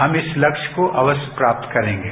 हम इस लक्ष्य को अवश्य प्राप्त करेंगे